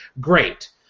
great